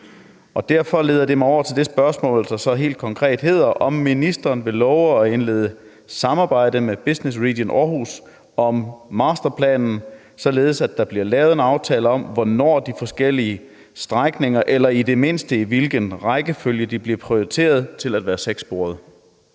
Og det leder mig over til det spørgsmål, der så helt konkret er, om ministeren vil love at indlede samarbejde med Business Region Aarhus om masterplanen, således at der bliver lavet en aftale om, hvornår eller i det mindste i hvilken rækkefølge de forskellige strækninger bliver prioriteret til at være 6-sporede.